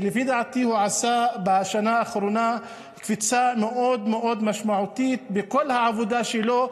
שלפי דעתי עשה בשנה האחרונה קפיצה משמעותית מאוד מאוד בכל העבודה שלו,